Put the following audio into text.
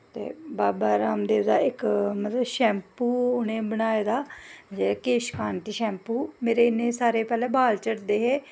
ते बाबा राम देव दा इक मतलब शैल ओह् उ'नैं बनाए दा केश शैंपू पैह्लैं मेरे इन्ने बाल झड़दे हे